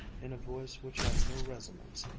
in a voice which had no resonance,